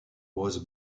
was